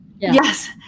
Yes